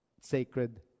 sacred